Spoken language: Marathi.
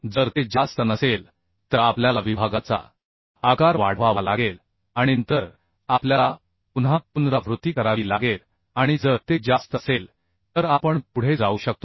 जर ते जास्त नसेल तर आपल्याला विभागाचा आकार वाढवावा लागेल आणि नंतर आपल्याला पुन्हा पुनरावृत्ती करावी लागेल आणि जर ते जास्त असेल तर आपण पुढे जाऊ शकतो